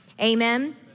amen